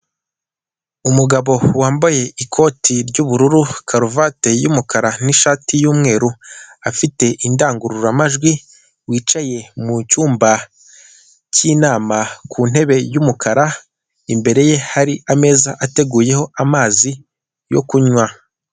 Umugabo wambaye ikoti ry'ubururu, karuvati y’ umukara, n’ ishati y’ umweru afite indangururamajwi wicaye mucyumba cy' inama ku ntebe y’ umukara imbere ye hari ameza ateguyeho amazi yo kunywa.